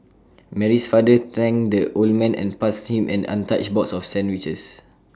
Mary's father thanked the old man and passed him an untouched box of sandwiches